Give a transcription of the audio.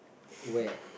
where